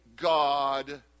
God